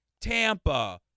Tampa